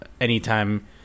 Anytime